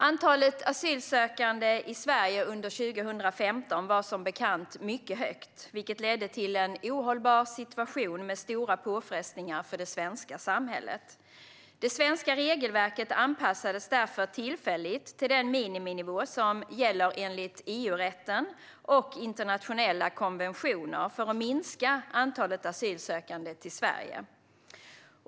Antalet asylsökande i Sverige under 2015 var som bekant mycket högt, vilket ledde till en ohållbar situation med stora påfrestningar för det svenska samhället. Det svenska regelverket anpassades därför tillfälligt till den miniminivå som gäller enligt EU-rätten och internationella konventioner för att minska antalet asylsökande till Sverige.